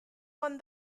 won